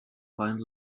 find